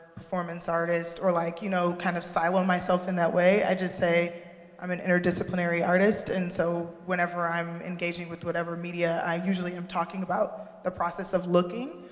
performance artist, or like you know kind of silo myself in that way, i just say i'm an interdisciplinary artist, and so whenever i'm engaging with whatever media. i usually am talking about the process of looking.